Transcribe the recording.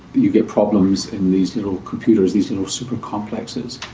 you get problems in these little computers, these little super complexes.